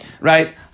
right